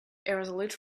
irresolute